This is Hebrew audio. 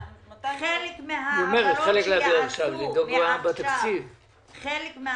היא אומרת, חלק להעביר עכשיו, לדאוג בתקציב.